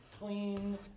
clean